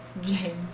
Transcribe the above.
James